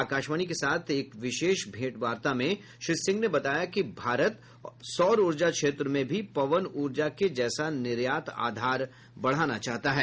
आकाशवाणी के साथ एक विशेष भेंटवार्ता में श्री सिंह ने बताया कि भारत सौर ऊर्जा क्षेत्र में भी पवन ऊर्जा के जैसा निर्यात आधार बढ़ाना चाहता है